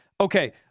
Okay